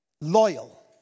loyal